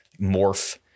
morph